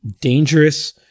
dangerous